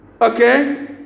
Okay